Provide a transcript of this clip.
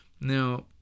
Now